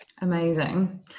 Amazing